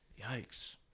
yikes